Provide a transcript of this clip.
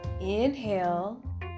Inhale